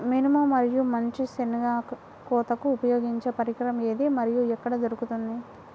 మినుము మరియు మంచి శెనగ కోతకు ఉపయోగించే పరికరం ఏది మరియు ఎక్కడ దొరుకుతుంది?